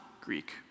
Greek